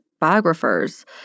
biographers